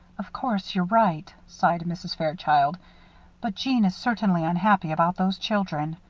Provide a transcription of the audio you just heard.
of course you're right, sighed mrs. fairchild but jeanne is certainly unhappy about those children.